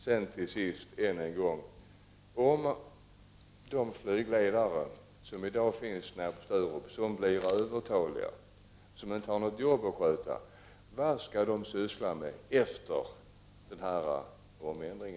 Vad skall de flygledare som i dag finns på Sturup och blir övertaliga, dvs. inte har något arbete att sköta, syssla med efter denna omändring?